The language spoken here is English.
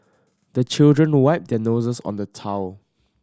the children wipe their noses on the towel